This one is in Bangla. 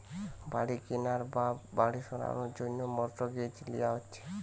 বাড়ি কেনার বা সারানোর জন্যে মর্টগেজ লিয়া হচ্ছে